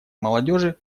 молодежи